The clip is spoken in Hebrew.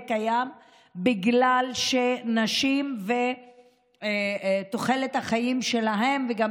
קיים בגלל שנשים ותוחלת החיים שלהן עולה,